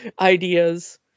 ideas